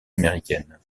américaine